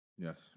Yes